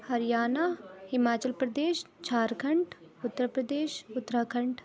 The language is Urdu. ہریانہ ہماچل پردیش جھارکھنڈ اتر پردیش اتراکھنڈ